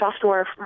software